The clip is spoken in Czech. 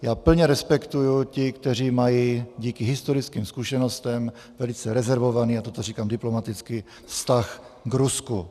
Já plně respektuji ty, kteří mají díky historickým zkušenostem velice rezervovaný, a toto říkám diplomaticky, vztah k Rusku.